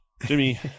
Jimmy